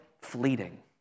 fleeting